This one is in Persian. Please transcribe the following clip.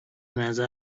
نظر